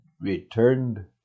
returned